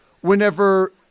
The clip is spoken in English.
whenever